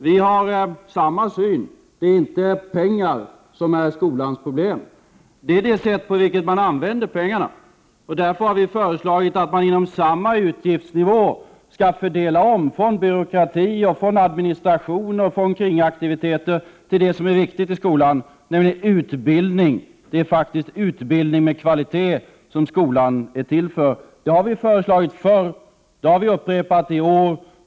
Vi har samma syn: det är inte pengarna som är skolans problem utan det sätt på vilket man använder pengarna. Därför har vi föreslagit att man inom samma utgiftsnivå skall fördela om från byråkrati, administration och kringaktiviteter till det som är viktigt i skolan, nämligen utbildningen. Det är faktiskt utbildning med kvalitet som skolan är till för! Det har vi föreslagit förr, och det upprepar vi i år.